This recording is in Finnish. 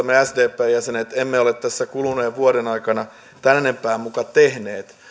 me sdpn jäsenet talousvaliokunnassa emme ole tässä kuluneen vuoden aikana tämän enempää muka tehneet